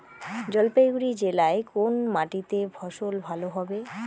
জলপাইগুড়ি জেলায় কোন মাটিতে ফসল ভালো হবে?